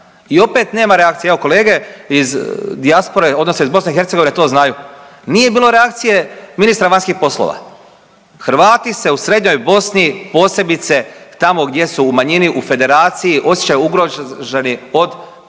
I opet nema reakcije. Evo kolege iz dijaspore odnosno iz Bosne i Hercegovine to znaju. Nije bilo reakcije ministra vanjskih poslova. Hrvati se u srednjoj Bosni posebice tamo gdje su u manjini u Federaciji osjećaju ugroženi od